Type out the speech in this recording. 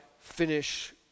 finish